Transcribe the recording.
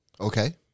Okay